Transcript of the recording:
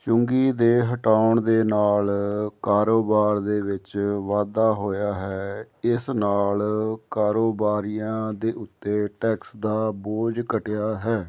ਚੁੰਗੀ ਦੇ ਹਟਾਉਣ ਦੇ ਨਾਲ ਕਾਰੋਬਾਰ ਦੇ ਵਿੱਚ ਵਾਧਾ ਹੋਇਆ ਹੈ ਇਸ ਨਾਲ ਕਾਰੋਬਾਰੀਆਂ ਦੇ ਉੱਤੇ ਟੈਕਸ ਦਾ ਬੋਝ ਘਟਿਆ ਹੈ